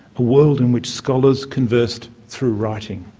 a world in which scholars conversed through writing.